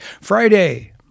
Friday